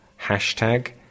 hashtag